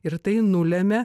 ir tai nulemia